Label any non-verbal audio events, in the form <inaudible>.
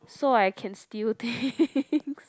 so I can steal things <laughs>